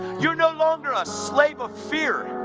you're no longer a slave of fear.